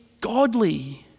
godly